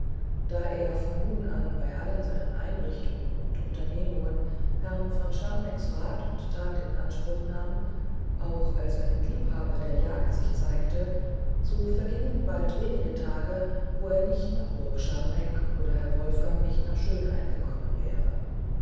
da er von nun an bei allen seinen einrichtungen und unternehmungen herrn von scharnecks rat und tat in anspruch nahm auch als einen liebhaber der jagd sich zeigte so vergingen bald wenige tage wo er nicht nach burg scharneck oder herr wolfgang nicht nach schönhain gekommen wäre